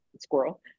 Squirrel